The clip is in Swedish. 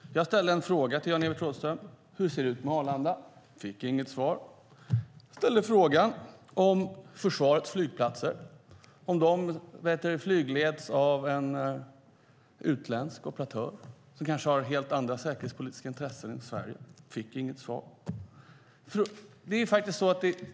Jag ställde en fråga till Jan-Evert Rådhström om hur det ser ut med Arlanda. Jag fick inget svar. Jag ställde en fråga om det vore okej att försvarets flygplatser flygleddes av en utländsk operatör som kanske har helt andra säkerhetspolitiska intressen än Sverige. Jag fick inget svar.